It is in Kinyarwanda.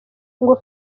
ngo